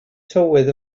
tywydd